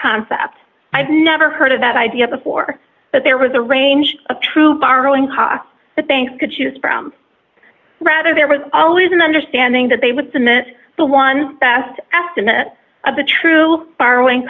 concept i've never heard of that idea before that there was a range of true borrowing costs that banks could choose from rather there was always an understanding that they would submit the one best estimate of the true borrowing